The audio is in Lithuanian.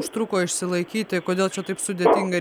užtruko išsilaikyti kodėl čia taip sudėtinga